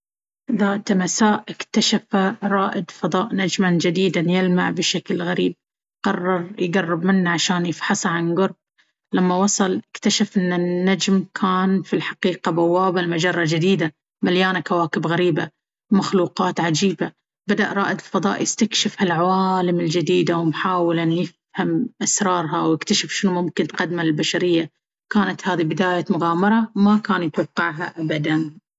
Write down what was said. ذات مساء، اكتشف رائد فضاء نجمًا جديدًا يلمع بشكل غريب. قرر يقرب منه علشان يفحصه عن قرب. لما وصل، اكتشف إن النجم كان في الحقيقة بوابة لمجرة جديدة مليانة كواكب غريبة ومخلوقات عجيبة. بدأ رائد الفضاء يستكشف هالعوالم الجديدة، محاولًا يفهم أسرارها ويكتشف شنو ممكن تقدمه للبشرية. كانت هذي بداية مغامرة ما كان يتوقعها أبدًا.